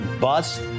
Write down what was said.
bust